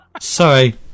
Sorry